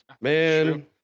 Man